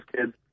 kids